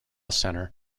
center